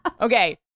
Okay